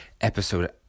episode